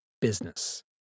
business